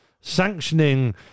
sanctioning